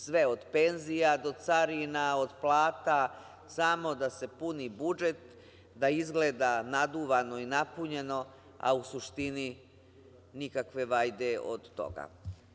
Sve, od penzija do carina, od plata, samo da se puni budžet, da izgleda naduvano i napunjeno a u suštini nikakve vajde od toga.